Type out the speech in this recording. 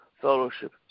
fellowship